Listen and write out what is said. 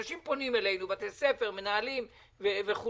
אנשים פונים אלינו בתי ספר, מנהלים וכולי.